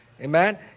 amen